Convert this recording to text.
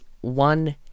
one